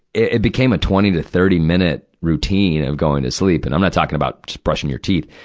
it, it became a twenty to thirty minute routine of going to sleep. and i'm not talking about just brushing your teeth.